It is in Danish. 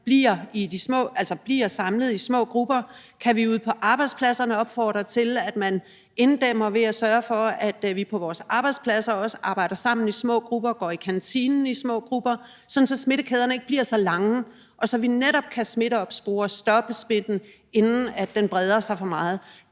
bliver samlet i små grupper? Kan vi ude på arbejdspladserne opfordre til, at man inddæmmer ved at sørge for, at vi på vores arbejdspladser også arbejder sammen i små grupper og går i kantinen i små grupper, sådan at smittekæderne ikke bliver så lange, og så vi netop kan smitteopspore og stoppe smitten, inden den breder sig for meget?